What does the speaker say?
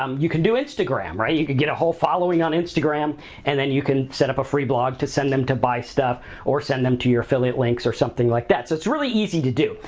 um you can do instagram, right? you can get a whole following on instagram and then you can set up a free blog to send them to buy stuff or send them to your affiliate links or something like that. so, it's really easy to do.